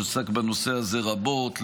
שעסק בנושא הזה רבות,